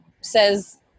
says